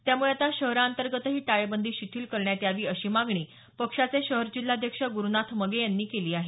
त्यामुळे आता शहराअंतर्गतही टाळेबंदी शिथील करण्यात यावी अशी मागणी पक्षाचे शहर जिल्हाध्यक्ष गरूनाथ मगे यांनी केली आहे